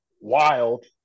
wild